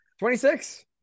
26